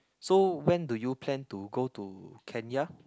so when do you plan to go to Kenya